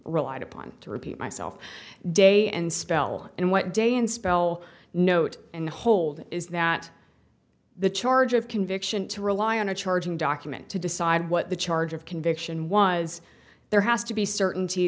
relied upon to repeat myself day and spell and what day and spell note and hold is that the charge of conviction to rely on a charging document to decide what the charge of conviction was there has to be certainty